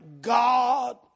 God